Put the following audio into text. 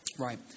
Right